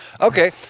Okay